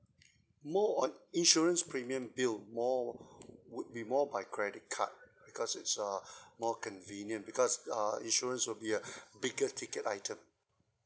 more on insurance premium bill more would be more by credit card because it's uh more convenient because uh insurance will be a bigger ticket item